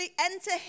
enter